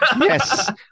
Yes